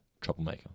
troublemaker